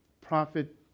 prophet